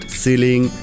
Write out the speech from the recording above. ceiling